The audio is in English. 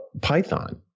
Python